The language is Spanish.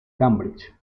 cambridge